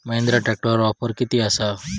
महिंद्रा ट्रॅकटरवर ऑफर किती आसा?